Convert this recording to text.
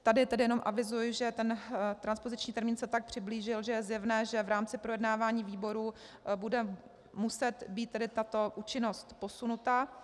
Tady tedy jenom avizuji, že transpoziční termín se tak přiblížil, že je zjevné, že v rámci projednávání výborů bude muset být tato účinnost posunuta.